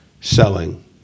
selling